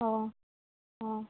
অঁ অঁ